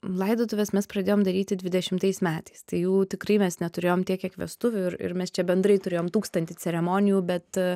laidotuves mes pradėjom daryti dvidešimtais metais tai jų tikrai mes neturėjom tiek kiek vestuvių ir ir mes čia bendrai turėjom tūkstantį ceremonijų bet